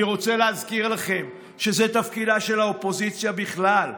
אני רוצה להזכיר לכם שזה תפקידה של האופוזיציה בכלל.